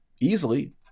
easily